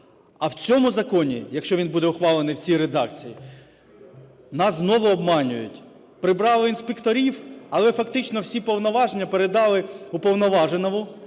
А в цьому законі, якщо він буде ухвалений в цій редакції, нас знову обманюють: прибрали інспекторів, але фактично всі повноваження передали Уповноваженому